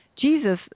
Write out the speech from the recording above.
Jesus